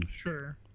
sure